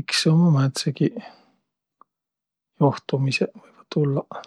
Iks ummaq määntsegiq johtumisõq, võivaq tullaq.